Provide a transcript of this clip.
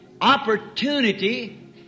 opportunity